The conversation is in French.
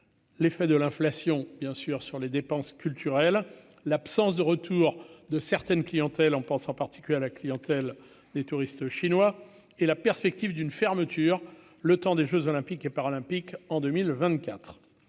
l'effet de l'inflation bien sûr sur les dépenses culturelles, l'absence de retour de certaines clientèles, on pense en particulier à la clientèle des touristes chinois et la perspective d'une fermeture, le temps des Jeux olympiques et paralympiques en 2024